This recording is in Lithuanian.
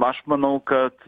aš manau kad